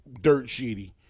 dirt-sheety